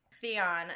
Theon